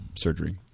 surgery